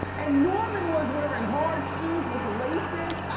and norman was wearing hard shoes with laces.